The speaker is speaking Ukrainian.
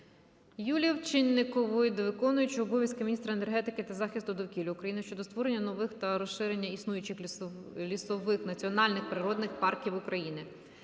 Юлії Овчинникової до виконуючої обов'язки міністра енергетики та захисту довкілля України щодо створення нових та розширення існуючих лісових національних природних парків України.